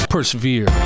persevere